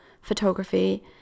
photography